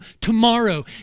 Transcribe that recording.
tomorrow